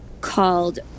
called